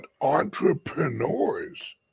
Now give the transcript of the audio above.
entrepreneurs